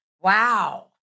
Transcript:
Wow